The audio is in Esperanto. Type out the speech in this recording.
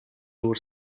nur